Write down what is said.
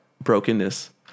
brokenness